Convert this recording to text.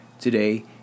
today